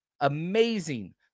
Amazing